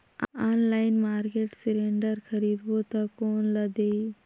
Online market cylinder खरीदबो ता कोन ला देही?